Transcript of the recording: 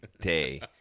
day